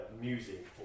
music